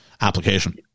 application